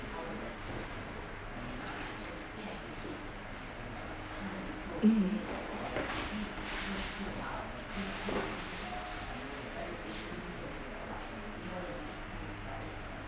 mm